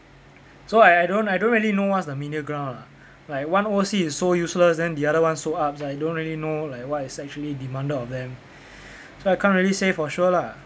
so I I don't I don't really know what's the middle ground ah like one O_C is so useless then the other so upz I don't really know like what is actually demanded of them so I can't really say for sure lah